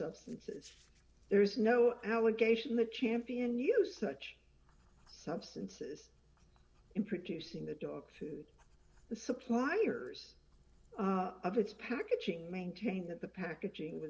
substances there is no allegation that champion knew such substances in producing the dog food the suppliers of its packaging maintain that the packaging